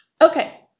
Okay